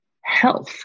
health